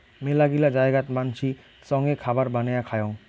মেলাগিলা জায়গাত মানসি চঙে খাবার বানায়া খায়ং